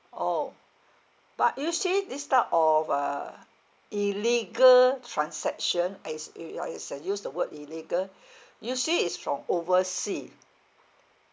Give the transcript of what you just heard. orh but usually this type of uh illegal transaction uh is as I use the word illegal usually is from overseas